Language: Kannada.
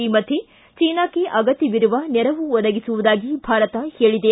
ಈ ಮಧ್ದೆ ಚೀನಾಕ್ಷೆ ಅಗತ್ಯವಿರುವ ನೆರವು ಒದಗಿಸುವುದಾಗಿ ಭಾರತ ಹೇಳಿದೆ